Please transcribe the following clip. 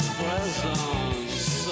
presence